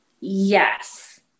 Yes